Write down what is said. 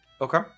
Okay